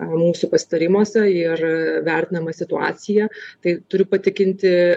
mūsų pasitarimuose ir vertinama situacija tai turiu patikinti